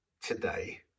today